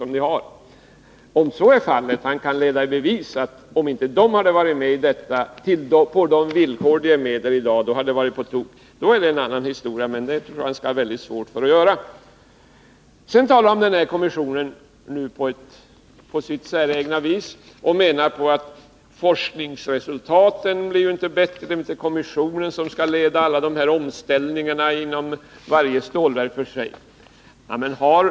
Om så är fallet och om industriministern kan leda i bevis att allt varit på tok om inte de privata företagen varit med i detta på de villkor som gäller i dag, då är det en annan historia, men jag tror att industriministern har svårt att bevisa det. Industriministern talar på sitt säregna vis om vårt förslag om en kommission. Han säger att forskningsresultaten inte blir bättre med en kommission, att det inte är kommissionen som skall leda omställningarna inom varje enskilt stålverk osv.